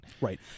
Right